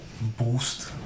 boost